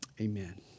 amen